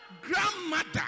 grandmother